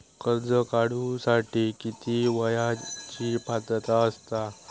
कर्ज काढूसाठी किती वयाची पात्रता असता?